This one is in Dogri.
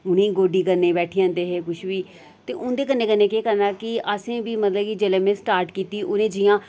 उनेंगी गोड्डी करने गी बैठी जंदे हे कुछ बी ते उंदे कन्नै कन्नै गै केह् करना कि असें बी मतलब कि जेल्लै में स्टार्ट कीती उनें जियां